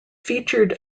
featured